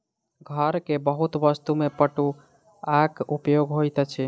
घर के बहुत वस्तु में पटुआक उपयोग होइत अछि